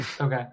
Okay